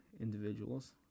individuals